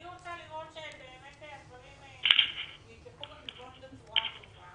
אני רוצה לראות שבאמת הדברים נלקחו בחשבון בצורה טובה